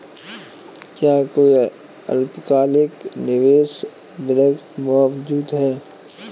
क्या कोई अल्पकालिक निवेश विकल्प मौजूद है?